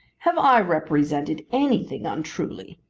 have i represented anything untruly?